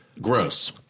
Gross